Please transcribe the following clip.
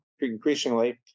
increasingly